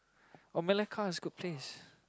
or Melaka is a good place